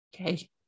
Okay